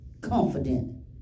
confident